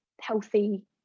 healthy